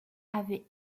avait